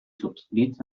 subscrits